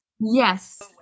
Yes